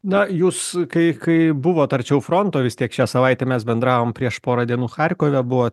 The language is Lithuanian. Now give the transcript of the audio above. na jūs kai kai buvot arčiau fronto vis tiek šią savaitę mes bendravom prieš porą dienų charkove buvo